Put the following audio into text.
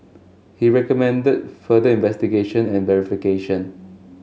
he recommended further investigation and verification